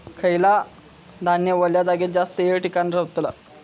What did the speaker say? खयला धान्य वल्या जागेत जास्त येळ टिकान रवतला?